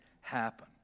happen